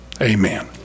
amen